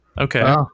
Okay